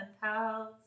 house